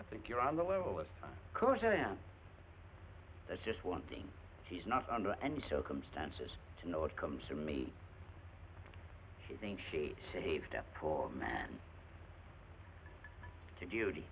i think you're on the level of course i am that's just one thing she's not under any circumstances to know it comes to me she thinks she saved up for a man to